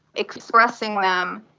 expressing them,